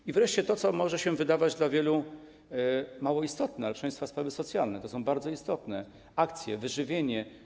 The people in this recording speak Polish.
I wreszcie to, co może się wydawać dla wielu mało istotne, ale, proszę państwa, sprawy socjalne są bardzo istotne - akcje, wyżywienie.